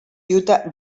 utah